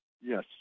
yes